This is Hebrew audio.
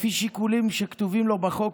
לפי שיקולים שכתובים לו בחוק,